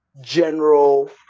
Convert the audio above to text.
General